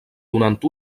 durant